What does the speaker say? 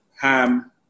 ham